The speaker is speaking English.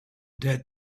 dead